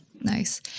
Nice